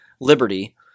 Liberty